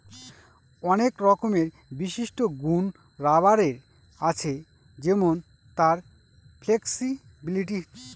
অনেক রকমের বিশিষ্ট গুন রাবারের আছে যেমন তার ফ্লেক্সিবিলিটি